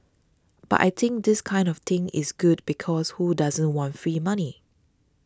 but I think this kind of thing is good because who doesn't want free money